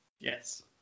Yes